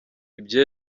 ibyo